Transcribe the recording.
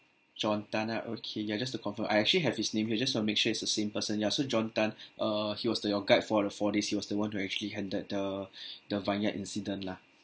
john tan ah okay ya just to confirm I actually have his name here just to make sure is the same person ya so john tan err he was the your guide for the four days he was the one who actually handled the the vineyard incident lah